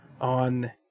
on